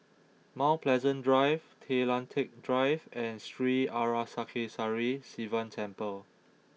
Mount Pleasant Drive Tay Lian Teck Drive and Sri Arasakesari Sivan Temple